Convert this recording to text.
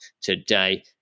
today